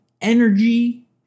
energy